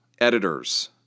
editors